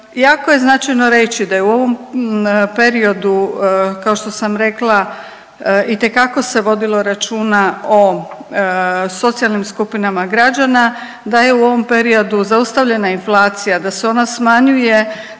Jako je značajno reći, da je u ovom periodu kao što sam rekla itekako se vodilo računa o socijalnim skupinama građana, da je u ovom periodu zaustavljena inflacija, da se ona smanjuje